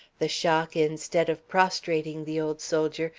the shock, instead of prostrating the old soldier,